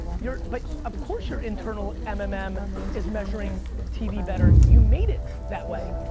you're, but of course, your internal um mmm um is measuring tv better. you made it that way.